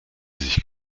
sich